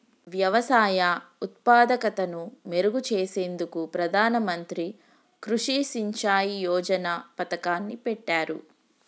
వ్యవసాయ ఉత్పాదకతను మెరుగు చేసేందుకు ప్రధాన మంత్రి కృషి సించాయ్ యోజన పతకాన్ని పెట్టారు